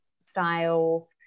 style